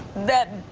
that.